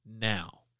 Now